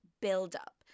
build-up